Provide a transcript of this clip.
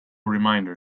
reminder